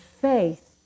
faith